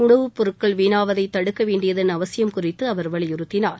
உணவுப் பொருட்கள் வீணாவதை தடுக்க வேண்டியன்தன் அவசியம் குறித்து அவர் வலியுறத்தினார்